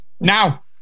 Now